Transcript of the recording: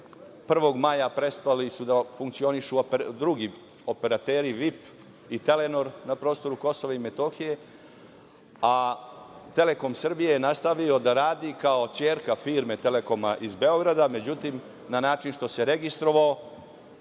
1. maja prestali da funkcionišu drugi operateri, „VIP“ i „Telenor“, na prostoru Kosova i Metohije, a „Telekom Srbije“ je nastavio da radi kao ćerka firme „Telekoma“ iz Beograda, međutim na način što se registrovao